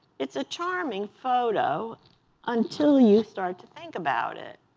it's a charming photo until you start to think about it.